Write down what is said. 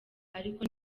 ariko